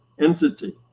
entity